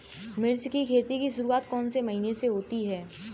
मिर्च की खेती की शुरूआत कौन से महीने में होती है?